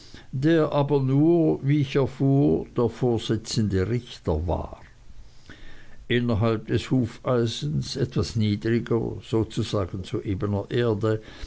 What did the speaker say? der aber nur wie ich erfuhr der vorsitzende richter war innerhalb des hufeisens etwas niedriger sozusagen zu ebner erde